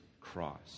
cross